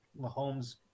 Mahomes